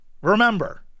remember